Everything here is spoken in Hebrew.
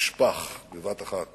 נשפך בבת אחת